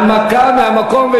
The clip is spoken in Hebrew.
הנמקה מהמקום.